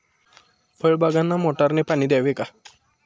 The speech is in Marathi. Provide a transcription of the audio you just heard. फळबागांना मोटारने पाणी द्यावे का?